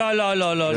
לא, לא.